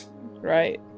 right